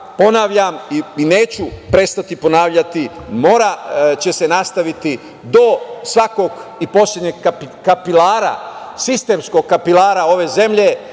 i neću prestati ponavljati, mora će se nastaviti do svakog i poslednjeg kapilara, sistemskog kapilara ove zemlje,